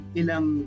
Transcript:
ilang